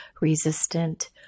resistant